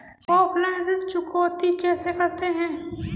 Offline ऋण चुकौती कैसे करते हैं?